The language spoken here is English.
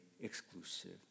exclusive